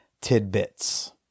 tidbits